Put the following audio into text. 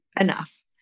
enough